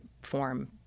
form